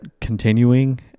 continuing